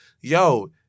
Yo